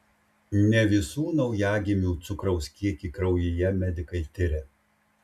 ne visų naujagimių cukraus kiekį kraujyje medikai tiria